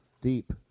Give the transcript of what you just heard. Deep